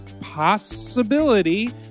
possibility